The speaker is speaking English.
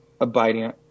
abiding